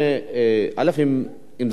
האם זה נמשך גם ביומיים האחרונים?